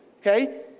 okay